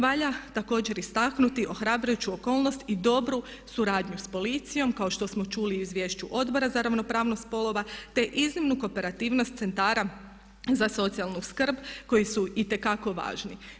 Valja također istaknuti ohrabrujuću okolnost i dobru suradnju s policijom, kao što smo čuli u izvješću Odbora za ravnopravnost spolova te iznimnu kooperativnost centara za socijalnu skrb koji su itekako važni.